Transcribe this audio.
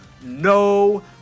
no